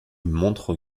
montre